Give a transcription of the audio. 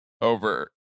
Over